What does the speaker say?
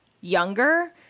younger